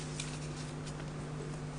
קודם כל בוקר טוב, אורה כורזים,